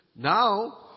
Now